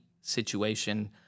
situation